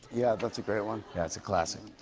yeah, that's a great one. yeah it's a classic.